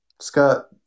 Scott